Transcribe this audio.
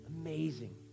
amazing